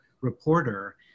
reporter